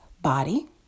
body